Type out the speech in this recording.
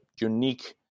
unique